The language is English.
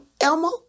Elmo